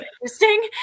interesting